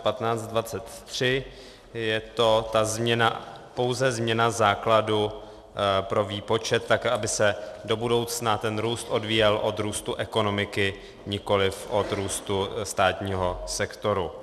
Je to ta změna, pouze změna základu pro výpočet tak, aby se do budoucna ten růst odvíjel od růstu ekonomiky, nikoliv od růstu státního sektoru.